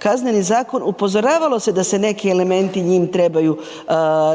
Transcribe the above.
Kazneni zakon upozoravalo se da se neki elementi njim trebaju